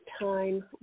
time